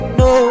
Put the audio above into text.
no